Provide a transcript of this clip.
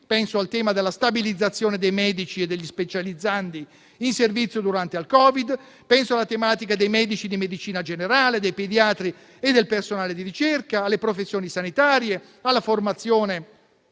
penso al tema della stabilizzazione dei medici e degli specializzandi in servizio durante il Covid, penso alla tematica dei medici di medicina generale, dei pediatri e del personale di ricerca, alle professioni sanitarie e alla formazione